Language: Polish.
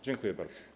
Dziękuję bardzo.